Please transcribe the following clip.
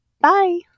Bye